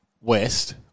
west